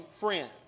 friends